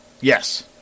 yes